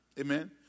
Amen